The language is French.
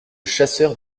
chasseur